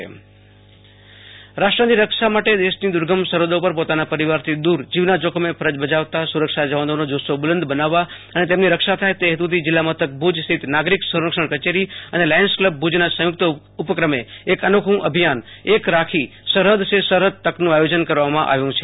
આશુતોષ અંતાણી ભુજઃએક રાખીઃસરહદ સૈ સરહદ તકઃ રાષ્ટ્રની રક્ષા માટે દૈશની દ્વેર્ગમ સરહદો પર પોતાના પરિવારથી દૂર જીવના જોખમે ફરજ બજાવતા સુરક્ષા જવાનોનો જુસ્સો બુલંદ બનાવવા અને તેમની રક્ષા થાય તે હેતુથી જિલ્લામથક ભુજસ્થિત નાગરિક સંરક્ષણ કચેરી અને લાયન્સ ક્લબ ભુજના સંયુક્ત ઉપક્રમે એક અનોખું અભિયાન એક રાખીઃસરહદસે સરહદ તક નું આયોજન કરવામાં આવ્યું છે